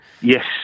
Yes